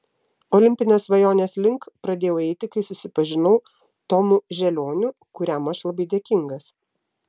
olimpinės svajonės link pradėjau eiti kai susipažinau tomu želioniu kuriam aš labai dėkingas